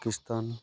Pakistan